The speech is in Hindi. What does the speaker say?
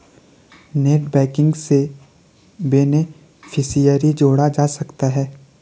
नेटबैंकिंग से बेनेफिसियरी जोड़ा जा सकता है